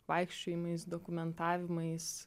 vaikščiojimais dokumentavimais